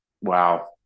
wow